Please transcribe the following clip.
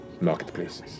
marketplaces